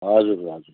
हजुर हजुर